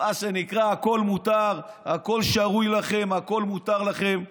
מה שנקרא הכול מותר, הכול שריר, הכול מותר לכם.